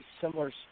similar